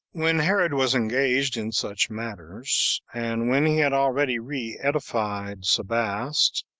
when herod was engaged in such matters, and when he had already re edified sebaste,